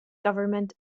government